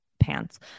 pants